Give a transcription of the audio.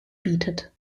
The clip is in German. bietet